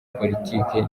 politike